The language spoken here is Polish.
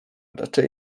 raczej